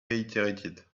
reiterated